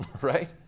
Right